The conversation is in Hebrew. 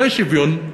זה שוויון.